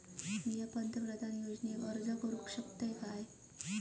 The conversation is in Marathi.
मी पंतप्रधान योजनेक अर्ज करू शकतय काय?